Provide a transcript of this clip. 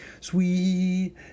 sweet